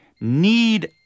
need